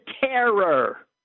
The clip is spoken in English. terror